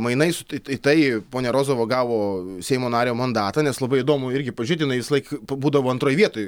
mainais tai į tai ponia rozova gavo seimo nario mandatą nes labai įdomu irgi pažiūrėt jinai visąlaik būdavo antroj vietoj